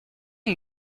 une